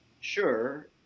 sure